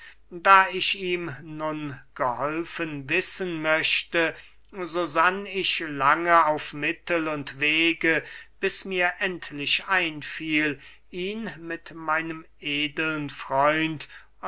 da ich ihm nun geholfen wissen wollte so sann ich so lange auf mittel und wege bis mir endlich einfiel ihn mit meinem edeln freund